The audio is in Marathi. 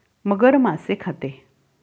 मगर मासे खाते